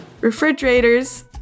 Refrigerators